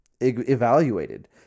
evaluated